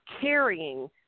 carrying